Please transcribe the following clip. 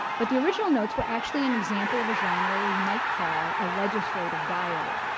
but the original notes were actually an example of a genre we might call a legislative diary.